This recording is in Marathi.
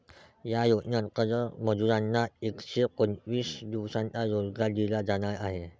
या योजनेंतर्गत मजुरांना एकशे पंचवीस दिवसांचा रोजगार दिला जाणार आहे